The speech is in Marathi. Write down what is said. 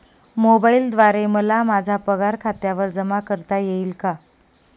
मोबाईलद्वारे मला माझा पगार खात्यावर जमा करता येईल का?